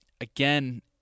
Again